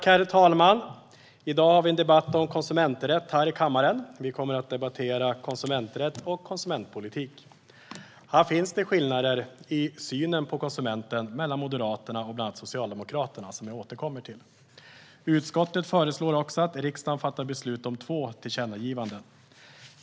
Herr talman! I dag debatterar vi konsumenträtt här i kammaren. Vi kommer att debattera konsumenträtt och konsumentpolitik. Det finns skillnader mellan Moderaterna och bland annat Socialdemokraterna när det gäller synen på konsumenten, vilket jag ska återkomma till. Utskottet föreslår att riksdagen ska fatta beslut om att rikta två tillkännagivanden till regeringen.